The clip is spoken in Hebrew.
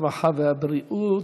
הרווחה והבריאות?